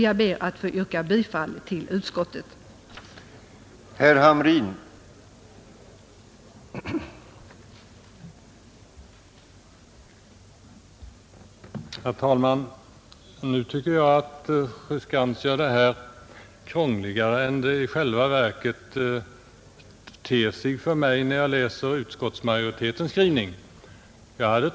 Jag ber att få yrka bifall till utskottets hemställan.